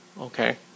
okay